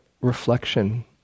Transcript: reflection